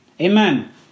Amen